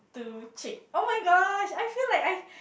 two chick